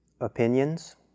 opinions